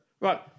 Right